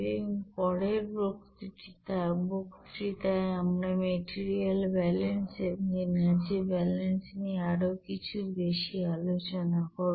এবং পরের বক্তৃতায় আমরা মেটেরিয়াল ব্যালেন্স এবং এনার্জি ব্যালেন্স নিয়ে আরো বেশি কিছু আলোচনা করব